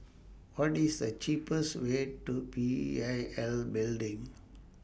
What IS The cheapest Way to P I L Building